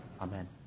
Amen